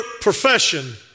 profession